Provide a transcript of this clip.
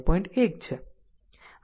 1 છે